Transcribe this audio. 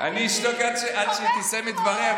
אני אשתוק עד שהיא תסיים את דבריה,